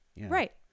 Right